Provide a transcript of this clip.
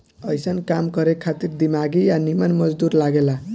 अइसन काम करे खातिर दिमागी आ निमन मजदूर लागे ला